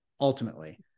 ultimately